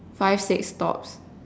five six stops